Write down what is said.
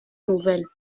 nouvelles